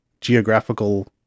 geographical